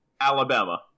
Alabama